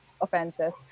offenses